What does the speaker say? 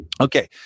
Okay